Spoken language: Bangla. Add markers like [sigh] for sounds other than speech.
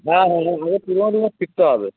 হ্যাঁ হ্যাঁ হ্যাঁ [unintelligible] শিখতে হবে